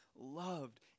loved